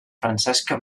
francesca